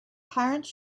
parents